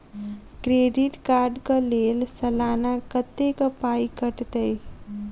Credit card कऽ लेल सलाना कत्तेक पाई कटतै?